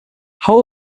how